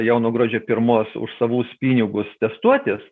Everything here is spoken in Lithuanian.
jau nuo gruodžio pirmos už savus pinigus testuotis